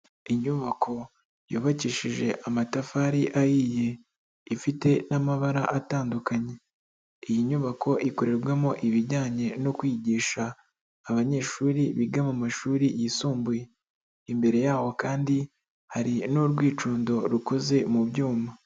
Inyubako yubakishije amatafari ahiye ifite n'amabara atandukanye, iyi nyubako ikorerwamo ibijyanye no kwigisha abanyeshuri biga mu mashuri yisumbuye, imbere yaho kandi hari n'urwicundo rukoze mu byuma.